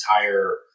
entire